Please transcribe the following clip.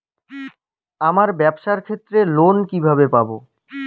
আমার ব্যবসার ক্ষেত্রে লোন কিভাবে পাব?